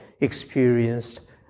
experienced